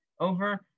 over